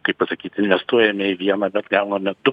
kaip pasakyti nestoja nei viena bet gauna net du